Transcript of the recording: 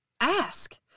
ask